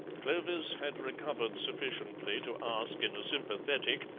clovis had recovered sufficiently to ask in a sympathetic,